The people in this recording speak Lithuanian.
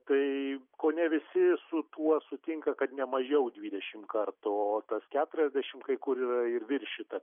tai kone visi su tuo sutinka kad nemažiau devidešim kartų o tas keturiasdešim kai kur yra ir viršyta